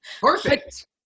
Perfect